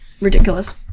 ridiculous